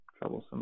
troublesome